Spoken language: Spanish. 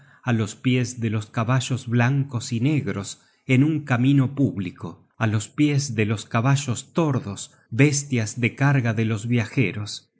á los pies de los caballos blancos y negros en un camino público á los pies de los caballos tordos bestias de carga de los viajeros